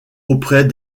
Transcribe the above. auprès